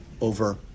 over